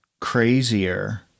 crazier